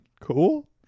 cool